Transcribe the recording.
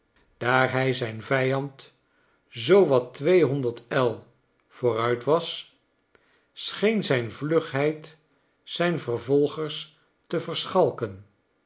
daar hij zijn vijand zoo wat tweehonderd el vooruit was scheen zijn vlugheid zijn vervolgers te verschalken